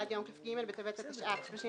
עד יום כ"ג בטבת התשע"ט (31